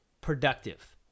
productive